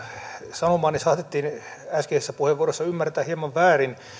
sanomani saatettiin äskeisessä puheenvuorossa ymmärtää hieman väärin